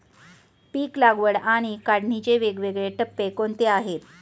पीक लागवड आणि काढणीचे वेगवेगळे टप्पे कोणते आहेत?